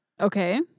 Okay